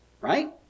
Right